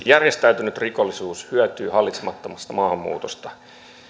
järjestäytynyt rikollisuus hyötyy hallitsemattomasta maahanmuutosta